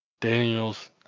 Daniels